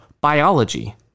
biology